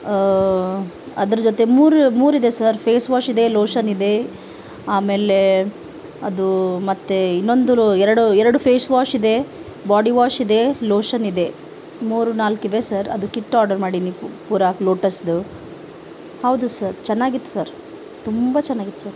ಅದರ ಜೊತೆ ಮೂರು ಮೂರು ಇದೆ ಸರ್ ಫೇಸ್ ವಾಶಿದೆ ಲೋಷನಿದೆ ಆಮೇಲೆ ಅದು ಮತ್ತು ಇನ್ನೊಂದು ಎರಡು ಎರಡು ಫೇಸ್ ವಾಶಿದೆ ಬಾಡಿ ವಾಶಿದೆ ಲೋಷನಿದೆ ಮೂರು ನಾಲ್ಕು ಇವೆ ಸರ್ ಅದು ಕಿಟ್ ಆರ್ಡರ್ ಮಾಡೀನಿ ಪೂರಾ ಲೋಟಸ್ದು ಹೌದು ಸರ್ ಚೆನ್ನಾಗಿತ್ತು ಸರ್ ತುಂಬ ಚೆನ್ನಾಗಿತ್ತು ಸರ್